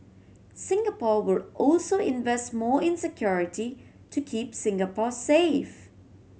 Singapore will also invest more in security to keep Singapore safe